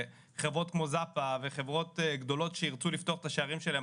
חברות כמו זאפה וחברות גדולות שירצו לפתוח את השערים שלהם,